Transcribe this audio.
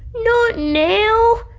not now.